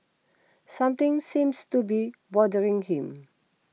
something seems to be bothering him